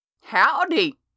Howdy